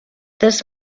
this